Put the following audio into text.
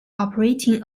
operating